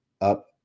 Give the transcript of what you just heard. up